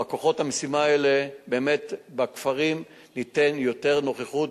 בכוחות המשימה האלה באמת בכפרים ניתן יותר נוכחות,